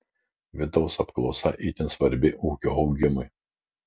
vidaus paklausa itin svarbi ūkio augimui